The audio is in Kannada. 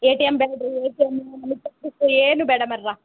ಎ ಟಿ ಎಂ ಬೇಡ್ರಿ ಎ ಟಿ ಎಮ್ಮು ಆಮೇಲೆ ಚೆಕ್ ಬುಕ್ಕು ಏನೂ ಬೇಡ ಮಾರಾಯ್ರ